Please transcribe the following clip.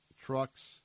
trucks